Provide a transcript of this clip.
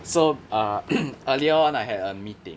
so uh earlier on I had a meeting